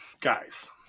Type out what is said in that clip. guys